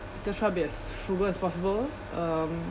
still try be as frugal as possible lor um